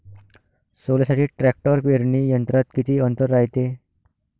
सोल्यासाठी ट्रॅक्टर पेरणी यंत्रात किती अंतर रायते?